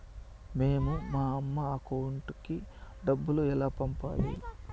మేము మా అమ్మ అకౌంట్ కి డబ్బులు ఎలా పంపాలి